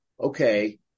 okay